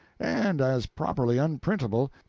and as properly unprintable,